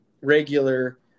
regular